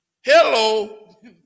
Hello